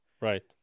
right